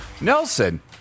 Nelson